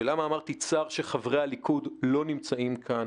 למה אמרתי שצר לי שחברי הליכוד לא נמצאים כאן?